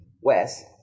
west